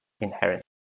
inherent